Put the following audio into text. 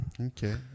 Okay